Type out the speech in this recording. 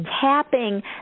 tapping